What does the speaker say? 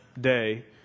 day